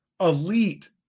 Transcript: elite